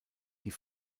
die